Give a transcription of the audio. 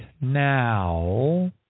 now